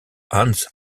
hans